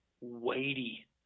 weighty